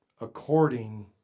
according